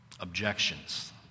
objections